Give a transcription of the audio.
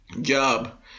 job